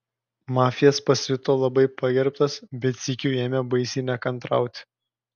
mafijas pasijuto labai pagerbtas bet sykiu ėmė baisiai nekantrauti